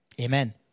Amen